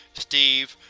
steve,